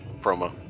promo